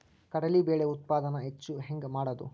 ಕಡಲಿ ಬೇಳೆ ಉತ್ಪಾದನ ಹೆಚ್ಚು ಹೆಂಗ ಮಾಡೊದು?